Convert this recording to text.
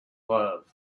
love